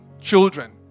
children